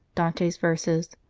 dante s verses,